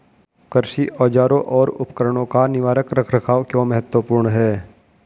कृषि औजारों और उपकरणों का निवारक रख रखाव क्यों महत्वपूर्ण है?